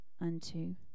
unto